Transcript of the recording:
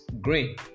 green